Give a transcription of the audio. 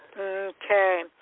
Okay